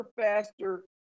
faster